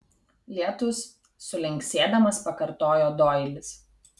lietus sulinksėdamas pakartojo doilis